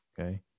okay